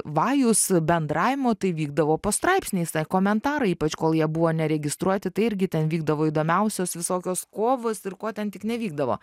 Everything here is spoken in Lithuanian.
vajus bendravimo tai vykdavo po straipsniais tie komentarai ypač kol jie buvo neregistruoti tai irgi ten vykdavo įdomiausios visokios kovos ir ko ten tik nevykdavo